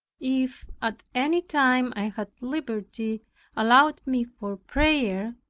if at any time i had liberty allowed me for prayer,